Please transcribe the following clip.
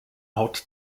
haut